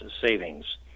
savings